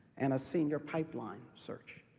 and a senior pipeline search.